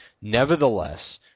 Nevertheless